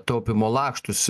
taupymo lakštus